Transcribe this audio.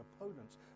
opponents